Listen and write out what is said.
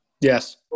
Yes